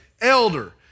elder